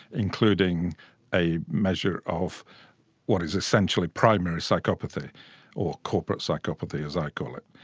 including a measure of what is essentially primary psychopathy or corporate psychopathy as i call it.